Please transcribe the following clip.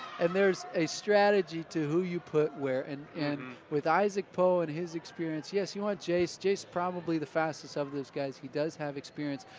and there's a strategy to who you put where. and and with isaac poe and his experience, yes, you want jace. jace is probably the fastest of those guys. he does have experience.